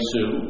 Sue